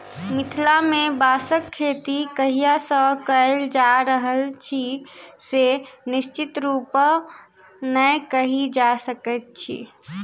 मिथिला मे बाँसक खेती कहिया सॅ कयल जा रहल अछि से निश्चित रूपसॅ नै कहि सकैत छी